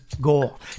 goal